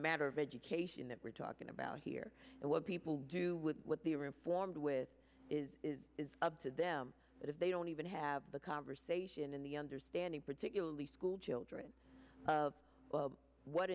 matter of education that we're talking about here and what people do with what they are informed with is up to them if they don't even have the conversation in the understanding particularly school children of what